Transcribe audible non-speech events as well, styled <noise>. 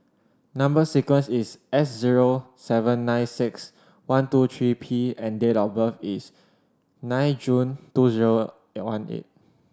number sequence is S zero seven nine six one two three P and date of birth is nine June two zero <unintelligible> one eight